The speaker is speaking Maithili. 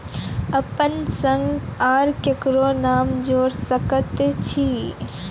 अपन संग आर ककरो नाम जोयर सकैत छी?